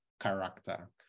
character